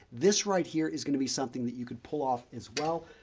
this right here is going to be something that you could pull off as well.